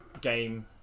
game